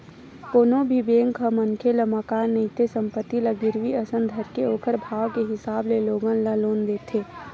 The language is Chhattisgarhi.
कोनो भी बेंक ह मनखे ल मकान नइते संपत्ति ल गिरवी असन धरके ओखर भाव के हिसाब ले लोगन ल लोन देथे